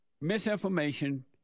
misinformation